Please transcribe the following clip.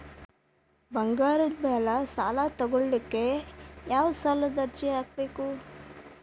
ಬಂಗಾರದ ಮ್ಯಾಲೆ ಸಾಲಾ ತಗೋಳಿಕ್ಕೆ ಯಾವ ಸಾಲದ ಅರ್ಜಿ ಹಾಕ್ಬೇಕು?